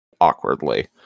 awkwardly